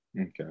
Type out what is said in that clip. Okay